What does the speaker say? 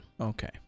Okay